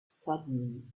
suddenly